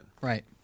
Right